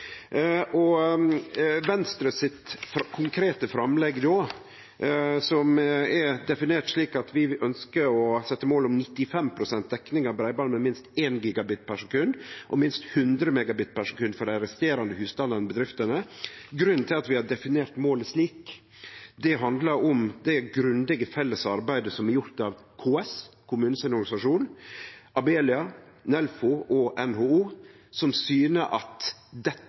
Venstre sitt konkrete framlegg er definert slik at vi ønskjer å setje mål om 95 pst. dekning av breiband med minst 1 Gbit/s og minst 100 Mbit/s for dei resterande husstandane/bedriftene. Grunnen til at vi har definert målet slik, handlar om det grundige felles arbeidet som er gjort av KS, kommunane sin organisasjon, Abelia, Nelfo og NHO, som syner at dette